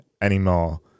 anymore